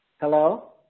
Hello